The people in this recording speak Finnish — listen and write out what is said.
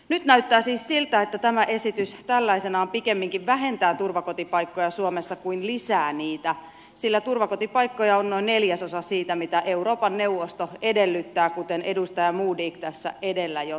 nyt näyttää siis siltä että tämä esitys tällaisenaan pikemminkin vähentää turvakotipaikkoja suomessa kuin lisää niitä sillä turvakotipaikkoja on noin neljäsosa siitä mitä euroopan neuvosto edellyttää kuten edustaja modig tässä edellä jo totesi